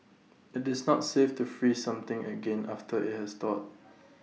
IT is not safe to freeze something again after IT has thawed